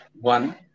one